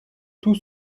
tout